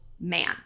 man